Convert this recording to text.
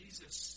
Jesus